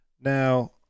Now